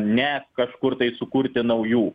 ne kažkur tai sukurti naujų